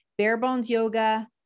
Barebonesyoga